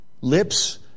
lips